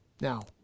Now